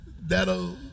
that'll